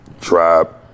Tribe